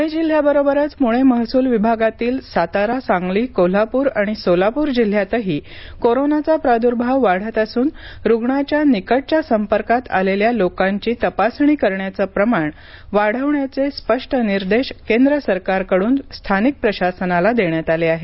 पुणे जिल्ह्याबरोबरच पुणे महसूल विभागातील सातारा सांगली कोल्हापूर आणि सोलापूर जिल्ह्यातही कोरोनाचा प्रादूर्भाव वाढत असून रुग्णाच्या निकटच्या संपर्कात आलेल्या लोकांची तपासणी करण्याचं प्रमाण वाढवण्याचे स्पष्ट निर्देश केंद्र सरकारकडून स्थानिक प्रशासनाला देण्यात आले आहेत